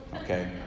Okay